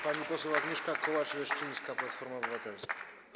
Pani poseł Agnieszka Kołacz-Leszczyńska, Platforma Obywatelska.